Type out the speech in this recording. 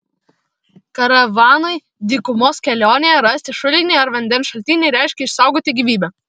karavanui dykumos kelionėje rasti šulinį ar vandens šaltinį reiškė išsaugoti gyvybę